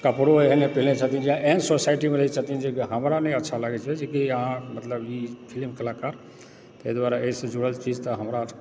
कपड़ो एहने पिन्हने छथि जँ एहन सोसाइटीमे रहै छथिन जेकि हमरा नहि अच्छा लागै छै जेकि अहाँ मतलब ई फिल्म कलाकार ताहि दुआरे अहिसँ जुड़ल चीज तऽहमरा